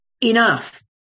Enough